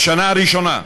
בשנה הראשונה,